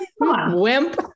wimp